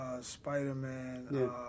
Spider-Man